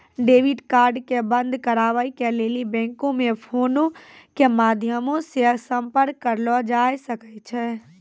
debit card के बंद कराबै के लेली बैंको मे फोनो के माध्यमो से संपर्क करलो जाय सकै छै